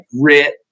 grit